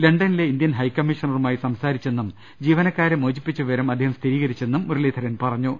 ലണ്ടനിലെ ഇന്ത്യൻ ഹൈക്കമ്മഷീണറുമായി സംസാരിച്ചെന്നും ജീവനക്കാരെ മോചിപ്പിച്ച വിവരം അദ്ദേഹം സ്ഥിരീകരിച്ചെന്നും മുര ളീധരൻ പറഞ്ഞു